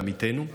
מעמיתינו.